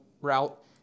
route